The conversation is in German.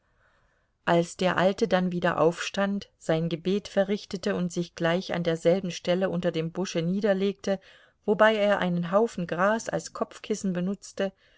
als der alte dann wieder aufstand sein gebet verrichtete und sich gleich an derselben stelle unter dem busche niederlegte wobei er einen haufen gras als kopfkissen benutzte